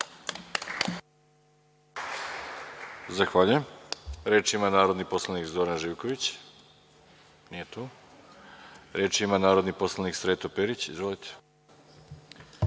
Zahvaljujem. Reč ima narodni poslanik Zoran Živković, nije tu. Reč ima narodni poslanik Sreto Perić. **Sreto